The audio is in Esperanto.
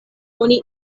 oni